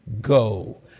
go